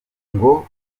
ngo